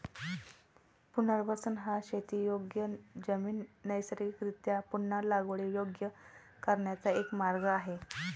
पुनर्वसन हा शेतीयोग्य जमीन नैसर्गिकरीत्या पुन्हा लागवडीयोग्य करण्याचा एक मार्ग आहे